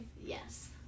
Yes